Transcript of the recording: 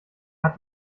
hat